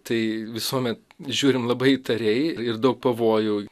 tai visuomet žiūrim labai įtariai ir daug pavojų